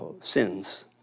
sins